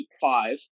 five